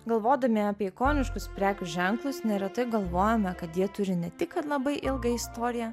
galvodami apie ikoniškus prekių ženklus neretai galvojame kad jie turi ne tik kad labai ilgą istoriją